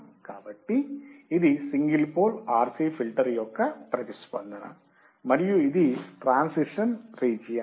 కాబట్టి ఇది single pole RC filter యొక్క ప్రతిస్పందన మరియు ఇది ట్రాన్సిషన్ రీజియన్